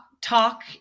talk